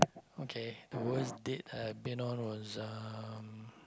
okay the worst date that I have been was uh